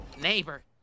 Neighbor